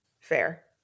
Fair